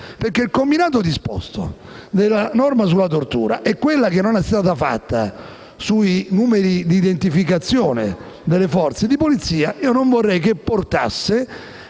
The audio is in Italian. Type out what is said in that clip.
il combinato disposto della norma sulla tortura e quella che non è stata fatta sui numeri di identificazione delle forze di polizia non vorrei che portasse